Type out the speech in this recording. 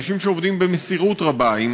אנשים שעובדים במסירות רבה,